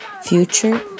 future